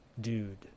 dude